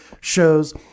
shows